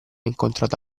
incontrato